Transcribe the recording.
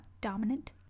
dominant